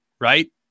right